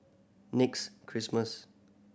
next Christmas